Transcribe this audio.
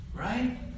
Right